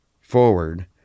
forward